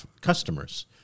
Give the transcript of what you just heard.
customers